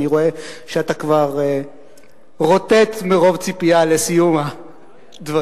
אני רואה שאתה כבר רוטט מרוב ציפייה לסיום הדברים,